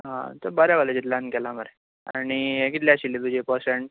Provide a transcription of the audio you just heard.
हा तु बऱ्या कॉलेजींतल्यान केल्या मरे आनी हे कितली आशिल्ली तुजी पर्सट